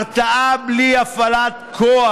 הרתעה בלי הפעלת כוח.